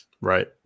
right